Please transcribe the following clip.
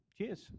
cheers